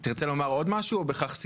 תרצה לומר עוד משהו או שבכך סיכמת?